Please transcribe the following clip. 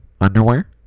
Underwear